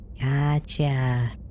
Gotcha